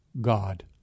God